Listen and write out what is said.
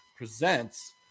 presents